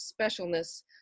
specialness